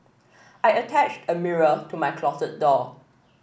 I attached a mirror to my closet door